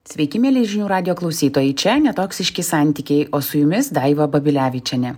sveiki mieli žinių radijo klausytojai čia netoksiški santykiai o su jumis daiva babilevičienė